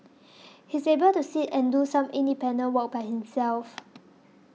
he's able to sit and do some independent work by himself